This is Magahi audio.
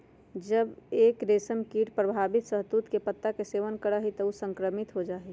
जब एक रेशमकीट प्रभावित शहतूत के पत्ता के सेवन करा हई त ऊ संक्रमित हो जा हई